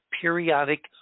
periodic